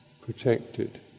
protected